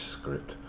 script